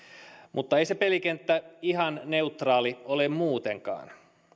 mutta ei se pelikenttä ihan neutraali ole muutenkaan